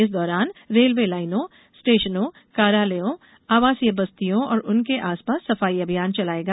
इस दौरान रेलवे लाइनों स्टेशनों कार्यालयों आवासीय बस्तियों और उनके आस पास सफाई अभियान चलाएगा